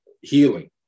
healing